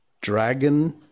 Dragon